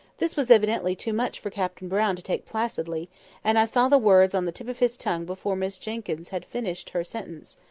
this was evidently too much for captain brown to take placidly and i saw the words on the tip of his tongue before miss jenkyns had finished her sentence.